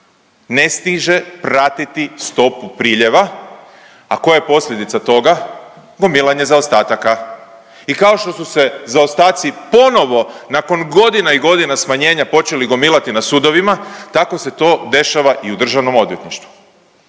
ne stiže pratiti stopu priljeva, a koja je posljedica toga, gomilanje zaostataka. I kao što su se zaostaci ponovo nakon godina i godina smanjenja počeli gomilati na sudovima tako se to dešava i u državnom odvjetništvu.